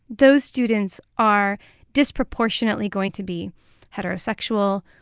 those students are disproportionately going to be heterosexual,